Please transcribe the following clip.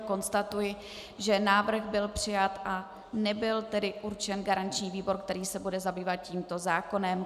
Konstatuji, že návrh byl přijat a nebyl tedy určen garanční výbor, který se bude zabývat tímto zákonem.